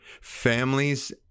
families